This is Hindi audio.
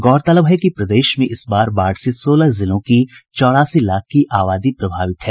गौरतलब है कि प्रदेश में इस बार बाढ़ से सोलह जिलों की चौरासी लाख की आबादी प्रभावित है